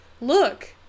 look